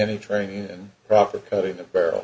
any training in proper cutting the barrel